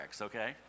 okay